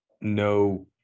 no